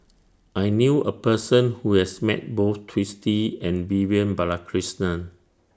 I knew A Person Who has Met Both Twisstii and Vivian Balakrishnan